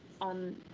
on